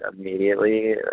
immediately